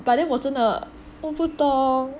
but then 我真的我不懂